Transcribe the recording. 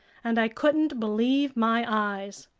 and i couldn't believe my eyes.